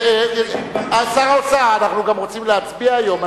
אתה סלקטיבי, אנחנו רוצים גם להצביע היום.